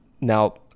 now